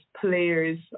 players